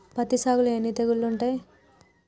పత్తి సాగులో ఎన్ని తెగుళ్లు ఉంటాయి?